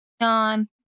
on